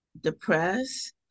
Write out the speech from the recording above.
depressed